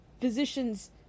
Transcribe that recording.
physicians